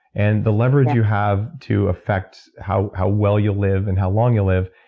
and the leverage you have to affect how how well you live and how long you live,